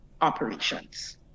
operations